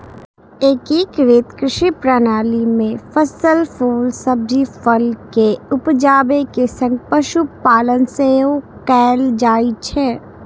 एकीकृत कृषि प्रणाली मे फसल, फूल, सब्जी, फल के उपजाबै के संग पशुपालन सेहो कैल जाइ छै